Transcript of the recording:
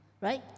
Right